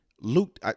Luke